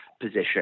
position